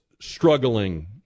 struggling